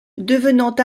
devenant